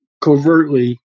covertly